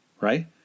right